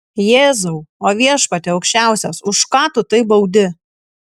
jėzau o viešpatie aukščiausias už ką tu taip baudi